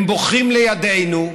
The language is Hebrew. הם בוכים לידנו,